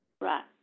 Right